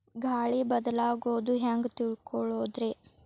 ಗಾಳಿ ಬದಲಾಗೊದು ಹ್ಯಾಂಗ್ ತಿಳ್ಕೋಳೊದ್ರೇ?